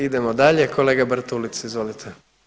Idemo dalje, kolega Bartulica izvolite.